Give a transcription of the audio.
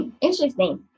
interesting